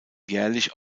jährlich